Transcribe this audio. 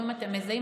אומרים: אתם מזהים?